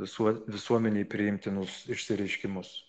visuo visuomenei priimtinus išsireiškimus